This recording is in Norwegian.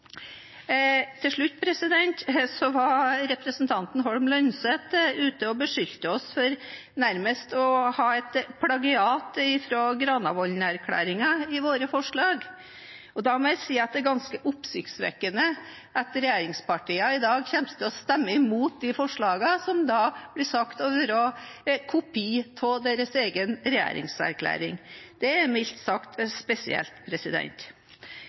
Til slutt var representanten Holm Lønseth ute og beskyldte oss for nærmest å plagiere Granavolden-erklæringen i våre forslag. Da må jeg si det er ganske oppsiktsvekkende at regjeringspartiene i dag kommer til å stemme mot de forslagene, som da ble sagt å være kopi av deres egen regjeringserklæring. Det er mildt sagt spesielt.